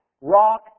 rock